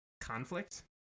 conflict